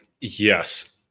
Yes